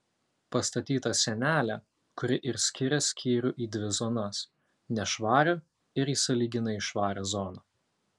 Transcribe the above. pastatyta sienelė kuri ir skiria skyrių į dvi zonas nešvarią ir į sąlyginai švarią zoną